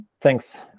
thanks